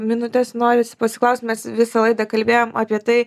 minutes norisi pasiklausti mes visą laiką kalbėjom apie tai